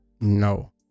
no